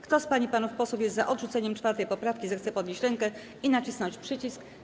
Kto z pań i panów posłów jest za odrzuceniem 4. poprawki, zechce podnieść rękę i nacisnąć przycisk.